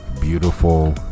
Beautiful